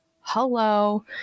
hello